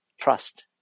Trust